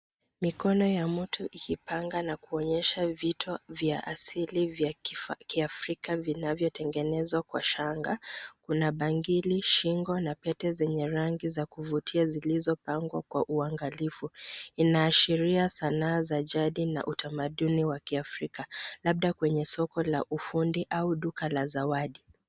Mikono ya mtu ikipanga na kuonyesha vito vya asili vya kiafrika, vinavyotengenezwa kwa shanga .Kuna bangili shingo na pete zenye rangi za kuvutia zilizopangwa kwa uangalifu. Inaashiria sanaa za jadi na utamaduni wa kiafrika, labda kwenye soko la ufundi au duka la zawadi.